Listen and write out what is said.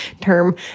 term